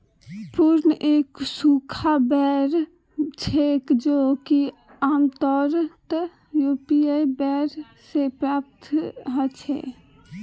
prune एक सूखा बेर छेक जो कि आमतौरत यूरोपीय बेर से प्राप्त हछेक